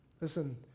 listen